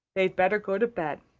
they'd better go to bed,